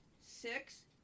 six